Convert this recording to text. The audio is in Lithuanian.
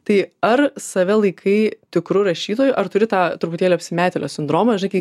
tai ar save laikai tikru rašytoju ar turi tą truputėlį apsimetėlio sindromą žinai kai